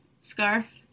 scarf